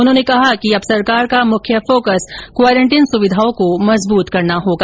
उन्होंने कहा कि अब सरकार का मुख्य फोकस क्वारेन्टीन सुविधाओं को मजबूत करना होगा